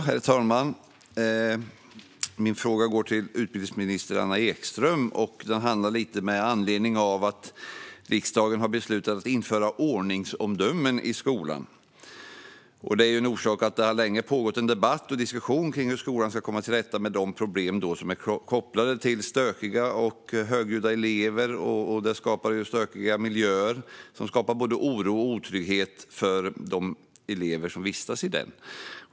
Herr talman! Min fråga går till utbildningsminister Anna Ekström med anledning av att riksdagen har beslutat att det ska införas ordningsomdömen i skolan. Det har länge pågått en debatt och diskussion om hur skolan ska komma till rätta med de problem som är kopplade till stökiga och högljudda elever. De skapar stökiga miljöer, vilket leder till både oro och otrygghet för de elever som vistas i dem.